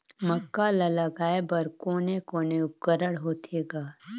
मक्का ला लगाय बर कोने कोने उपकरण होथे ग?